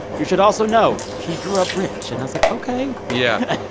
you should also know he grew up rich and i was like, ok yeah.